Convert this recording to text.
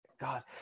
God